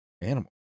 animal